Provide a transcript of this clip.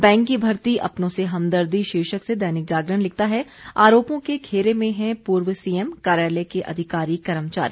bank की भर्ती अपनों से हमदर्दी शीर्षक से दैनिक जागरण लिखता है आरोपों के घेरे में हैं पूर्व सीएम कार्यालय के अधिकारी कर्मचारी